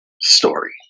story